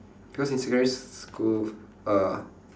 because in secondary school uh